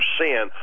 sin